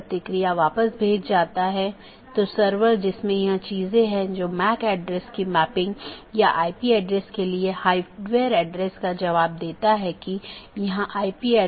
इस प्रकार हमारे पास आंतरिक पड़ोसी या IBGP है जो ऑटॉनमस सिस्टमों के भीतर BGP सपीकरों की एक जोड़ी है और दूसरा हमारे पास बाहरी पड़ोसीयों या EBGP कि एक जोड़ी है